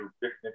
picnic